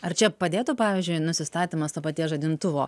ar čia padėtų pavyzdžiui nusistatymas to paties žadintuvo